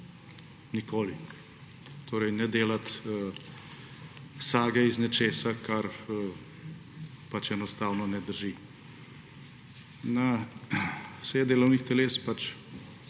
Nikoli. Torej ne delati sage iz nečesa, kar pač enostavno ne drži. Na seje delovnih teles hodijo